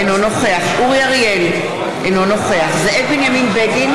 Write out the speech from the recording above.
אינו נוכח אורי אריאל, אינו נוכח זאב בנימין בגין,